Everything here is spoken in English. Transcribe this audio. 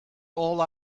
all